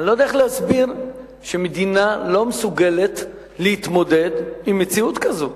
אני לא יודע איך להסביר שמדינה לא מסוגלת להתמודד עם מציאות כזאת.